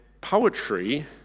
poetry